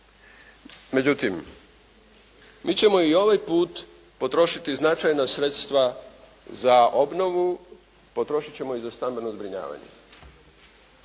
Međutim mi ćemo i ovaj put potrošiti značajna sredstva za obnovu. Potrošit ćemo i za stambeno zbrinjavanje.